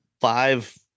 five